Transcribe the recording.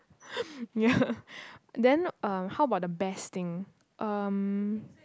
ya then um how about the best thing um